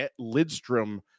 Lidstrom